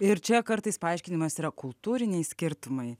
ir čia kartais paaiškinimas yra kultūriniai skirtumai